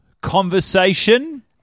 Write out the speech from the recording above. conversation